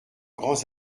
grands